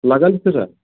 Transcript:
لگان چھُسا